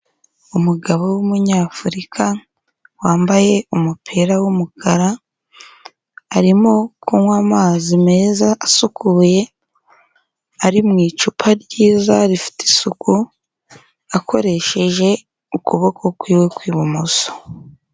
Umugabo w'umunyafurika, wambaye umupira w'umukara, arimo kunywa amazi meza asukuye, ari mu icupa ryiza rifite isuku, akoresheje ukuboko kw'iwe kw'ibumoso.